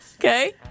Okay